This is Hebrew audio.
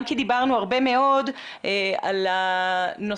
גם כי דיברנו הרבה מאוד על הנושא.